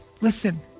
Listen